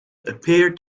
appear